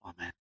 Amen